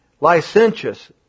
licentious